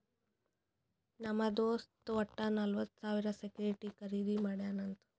ನಮ್ ದೋಸ್ತ್ ವಟ್ಟ ನಲ್ವತ್ ಸಾವಿರ ಸೆಕ್ಯೂರಿಟಿ ಖರ್ದಿ ಮಾಡ್ಯಾನ್ ಅಂತ್